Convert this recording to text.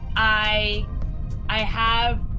i i have